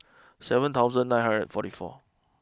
seven thousand nine hundred forty four